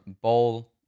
Bowl